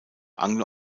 anglo